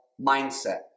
mindset